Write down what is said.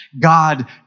God